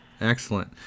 excellent